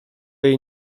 jej